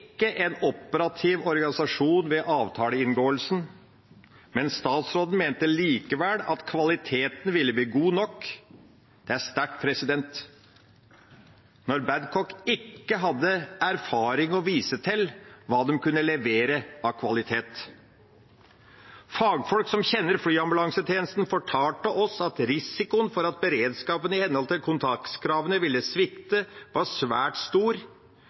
ikke en operativ organisasjon ved avtaleinngåelsen, men statsråden mente likevel at kvaliteten ville bli god nok. Det er sterkt, når Babcock ikke hadde erfaring og kunne vise til hva de kunne levere av kvalitet. Fagfolk som kjenner flyambulansetjenesten, fortalte oss at risikoen for at beredskapen i henhold til kontraktskravene ville svikte, var svært stor,